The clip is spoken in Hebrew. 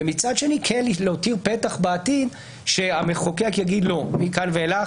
ומצד שני כן להותיר פתח בעתיד שהמחוקק יגיד שמכאן ואילך